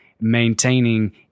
maintaining